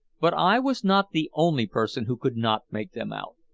but i was not the only person who could not make them out.